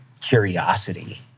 curiosity